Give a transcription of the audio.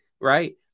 right